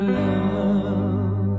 love